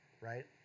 right